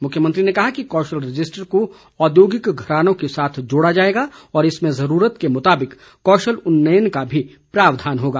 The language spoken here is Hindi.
मुख्यमंत्री ने कहा कि कौशल रजिस्ट्रर को औद्योगिक घरानो के साथ जोड़ा जाएगा और इसमें जरूरत के मुताबिक कौशल उन्नयन का भी प्रावधान होगा